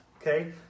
Okay